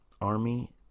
Army